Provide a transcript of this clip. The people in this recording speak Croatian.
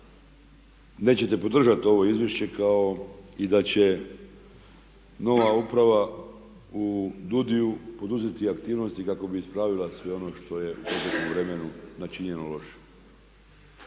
nećete podržati ovo izvješće kao i da će nova uprava u DUUDI-ju poduzeti aktivnosti kako bi ispravila sve ono što je u proteklom vremenu načinjeno loše.